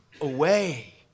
away